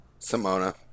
Simona